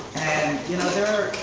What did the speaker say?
and you know there are